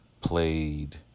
played